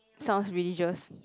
sounds religious